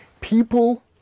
People